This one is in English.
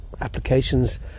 applications